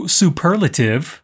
superlative